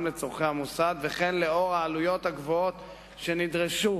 לצורכי המוסד וכן לאור העלויות הגבוהות שנדרשו,